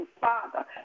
Father